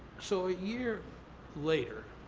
so a year later,